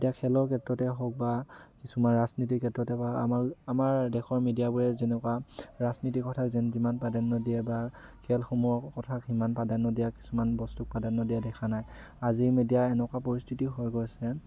এতিয়া খেলৰ ক্ষেত্ৰতে হওক বা কিছুমান ৰাজনীতিৰ ক্ষেত্ৰতে বা আমাৰ আমাৰ দেশৰ মিডিয়াবোৰে যেনেকুৱা ৰাজনীতি কথাই যেন যিমান প্ৰাধান্য দিয়ে বা খেলসমূহৰ কথা সিমান প্ৰাধান্য দিয়া কিছুমান বস্তুক প্ৰাধান্য দিয়া দেখা নাই আজিৰ মিডিয়া সেনেকুৱা পৰিস্থিতি হৈ গৈছে